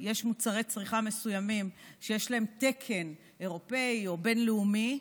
יש מוצרי צריכה מסוימים שיש להם תקן אירופי או בין-לאומי,